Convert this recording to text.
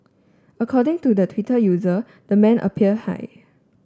according to the Twitter user the man appeared high